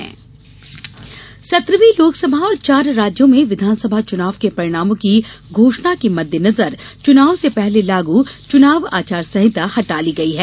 आचार संहिता सत्रहवीं लोकसभा और चार राज्यों में विधानसभा चुनाव के परिणामों की घोषणा के मद्देनजर चुनाव से पहले लागू चुनाव आचार संहिता हटा ली गई हैं